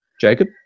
Jacob